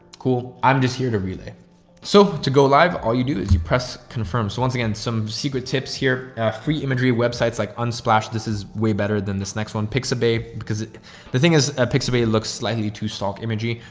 cool. i'm just here to relay so to go live. all you do is you press confirm. so once again, some secret tips here, a free imagery, websites like unsplash. this is way better than this next one pixabay because the thing is a bay looks slightly to stock imagery,